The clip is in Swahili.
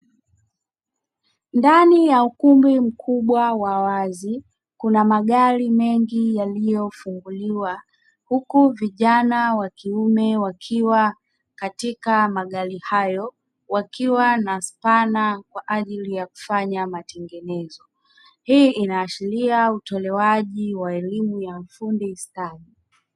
Ndani ya ukumbi mkubwa wa wazi kuna magari mengi yaliyofunguliwa, huku vijana wa kiume wakiwa katika magari hayo wakiwa na spana kwa ajili ya kufanya matengenezo, hii inaashiria utolewaji wa elimu ya ufundi stadi.